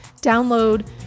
download